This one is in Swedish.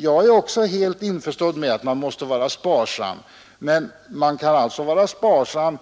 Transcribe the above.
Jag är också helt inställd på att man måste vara sparsam, men man kan vara sparsam